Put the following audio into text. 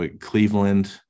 Cleveland